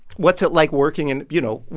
what's it like working in you know,